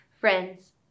Friends